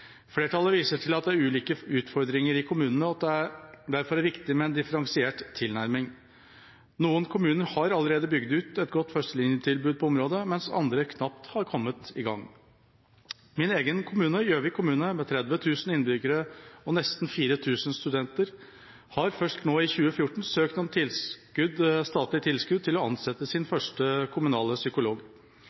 Flertallet viser til at det er ulike utfordringer i kommunene, og at det derfor er viktig med en differensiert tilnærming. Noen kommuner har allerede bygd ut et godt førstelinjetilbud på området, mens andre knapt har kommet i gang. Min egen kommune, Gjøvik kommune, med 30 000 innbyggere og nesten 4 000 studenter, har først nå i 2014 søkt om statlig tilskudd til å ansette sin første kommunale psykolog,